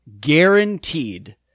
guaranteed